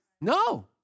No